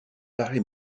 paré